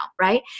right